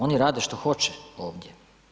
Oni rade što hoće ovdje.